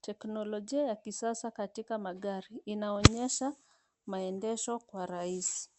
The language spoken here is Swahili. Teklojia ya kisasa katika magari inaonyesha maendesho kwa rahisi.